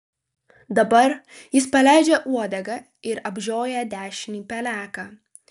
dabar jis paleidžia uodegą ir apžioja dešinį peleką